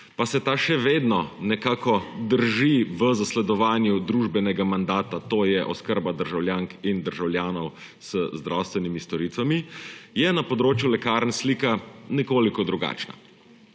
pa se ta še vedno nekako drži v zasledovanju družbenega mandata, to je oskrba državljank in državljanov z zdravstvenimi storitvami, je na področju lekarn slika nekoliko drugačna.